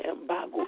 embargo